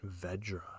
Vedra